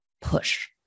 push